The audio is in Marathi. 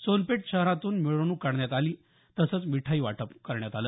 सोनपेठ शहरातून मिरवणूक काढण्यात आली होती तसंच मिठाई वाटण्यात आली